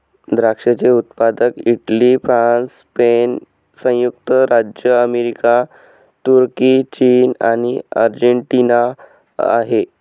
द्राक्षाचे उत्पादक Italy, France, Spain, संयुक्त राज्य अमेरिका, तुर्की, चीन आणि अर्जेंटिना आहे